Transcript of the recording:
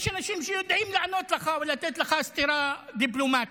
יש אנשים שיודעים לענות לך ולתת לך סטירה דיפלומטית.